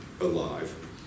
alive